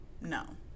No